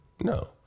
No